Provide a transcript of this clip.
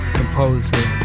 composer